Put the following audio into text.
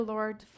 Lord